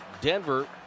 Denver